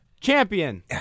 champion